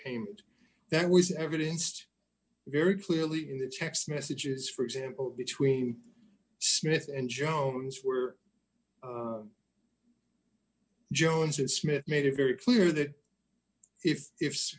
payment that was evidenced very clearly in the text messages for example between smith and jones where jones and smith made it very clear that if if